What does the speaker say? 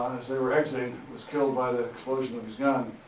as they were exiting, was killed by the explosion of his gun.